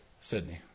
Sydney